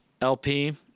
LP